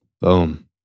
Boom